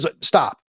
Stop